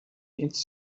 its